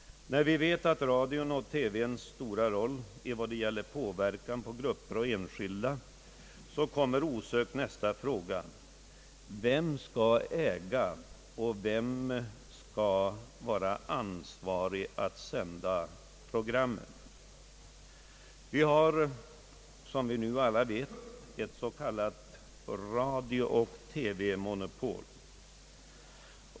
När vi vet att radio och TV spelar en stor roll när det gäller påverkan på grupper och enskilda kommer osökt nästa fråga: Vem skall äga och vem skall vara ansvarig för programmen? Vi har som vi nu alla vet ett s.k. radiooch TV-monopol.